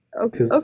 Okay